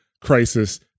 Crisis